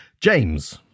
James